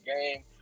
game